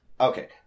Okay